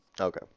Okay